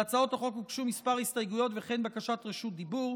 להצעות החוק הוגשו כמה הסתייגויות וכן בקשות רשות דיבור.